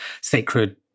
sacred